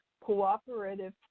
cooperative